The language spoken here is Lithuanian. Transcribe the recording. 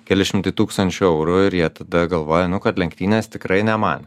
keli šimtai tūkstančių eurų ir jie tada galvoja nu kad lenktynės tikrai ne man